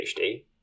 PhD